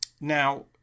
Now